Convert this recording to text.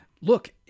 Look